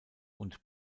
und